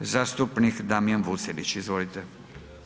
Zastupnik Damjan Vucelić, izvolite.